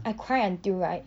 I cry until right